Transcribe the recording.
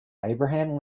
abraham